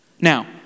Now